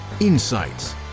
insights